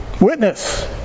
witness